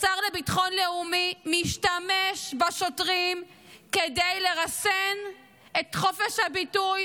השר לביטחון לאומי משתמש בשוטרים כדי לרסן את חופש הביטוי,